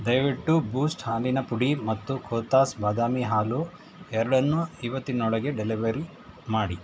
ದಯವಿಟ್ಟು ಬೂಸ್ಟ್ ಹಾಲಿನ ಪುಡಿ ಮತ್ತು ಕೋಥಾಸ್ ಬಾದಾಮಿ ಹಾಲು ಎರಡನ್ನೂ ಇವತ್ತಿನೊಳಗೆ ಡೆಲಿವರಿ ಮಾಡಿ